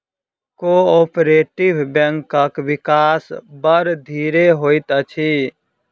cooperative बैंकक विकास बड़ धीरे होइत अछि